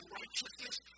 righteousness